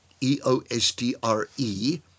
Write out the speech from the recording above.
E-O-S-T-R-E